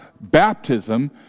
baptism